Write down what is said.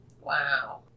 Wow